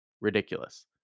ridiculous